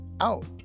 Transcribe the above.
Out